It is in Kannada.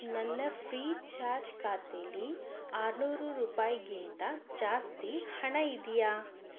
ನನ್ನ ಫ್ರೀಚಾರ್ಜ್ ಖಾತೆಯಲ್ಲಿ ಆರನೂರು ರೂಪಾಯಿಗಿಂತ ಜಾಸ್ತಿ ಹಣ ಇದೆಯಾ